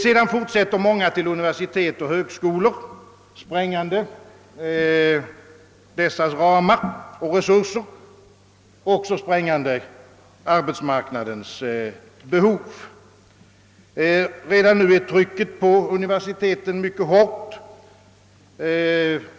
Sedan fortsätter många till universitet och högskolor, sprängande dessas ramar och resurser och också sprängande arbetsmarknadens behov. Redan nu är trycket på universiteten mycket hårt.